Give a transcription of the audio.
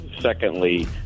Secondly